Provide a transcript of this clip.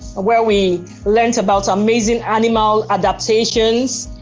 where we learnt about amazing animal adaptations.